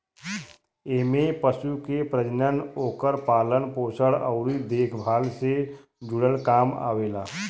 एमे पशु के प्रजनन, ओकर पालन पोषण अउरी देखभाल से जुड़ल काम आवेला